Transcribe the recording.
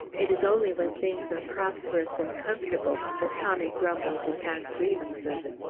it is only when things are prosperous and comfortable that tommy grumbles and has grievances.